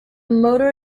motor